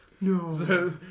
No